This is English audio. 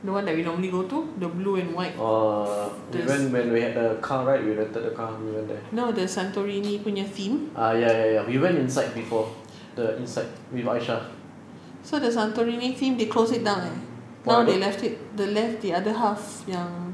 the one that we normally go to the blue and white no the satorini punya theme so the santorini theme they close it down now eh they left it they left the other half yang